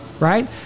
Right